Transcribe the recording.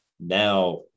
now